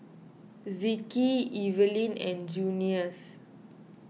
Zeke Eveline and Junious